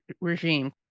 regime